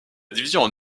division